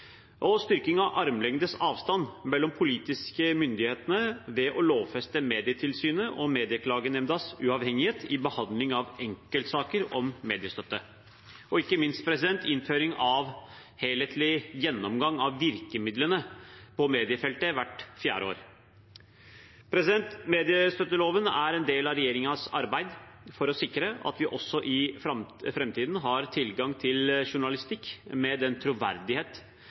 og styrking av armlengdes avstand mellom politiske myndigheter ved å lovfeste Medietilsynet og Medieklagenemndas uavhengighet i behandling av enkeltsaker om mediestøtte, og ikke minst innføring av helhetlig gjennomgang av virkemidlene på mediefeltet hvert fjerde år. Mediestøtteloven er en del av regjeringens arbeid for å sikre at vi også i framtiden har tilgang til journalistikk med den troverdighet,